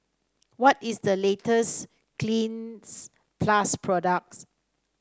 what is the latest Cleanz Plus product